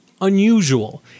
unusual